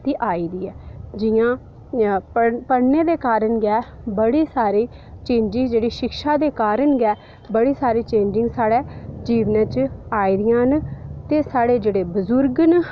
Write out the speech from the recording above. आई दी ऐ जि'यां पढ़ने दे कारण गै बड़े सारे चेंजेज़ न जेह्ड़े शिक्षा दे कारण गै बड़ी सारी चेंज़िंग साढ़े जीवनै च आई दियां न ते साढ़े जेह्ड़े बजुर्ग न